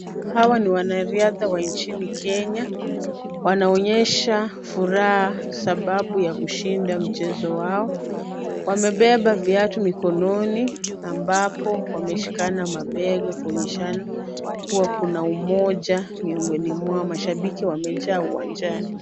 Hawa ni wanariadha wa nchini Kenya. Wanaonyesha furaha sababu ya kushinda mchezo wao. Wamebeba viatu mikononi, ambapo wameshikana mabega, kuonyeshana kuwa kuna umoja miongoni mwao. Mashabiki wamejua uwanjani.